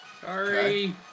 Sorry